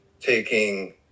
taking